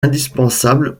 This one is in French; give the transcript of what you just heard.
indispensable